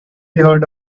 heard